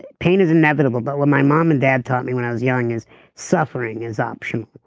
and pain is inevitable, but what my mom and dad taught me when i was young is suffering is optional.